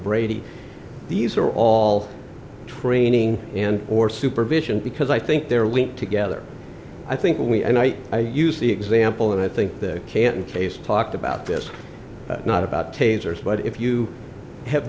brady these are all training and or supervision because i think they're linked together i think we and i i use the example and i think this can case talked about this not about tasers but if you have